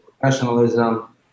professionalism